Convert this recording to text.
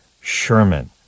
Sherman